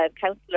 councillor